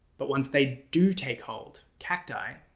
but once they do take hold, cacti,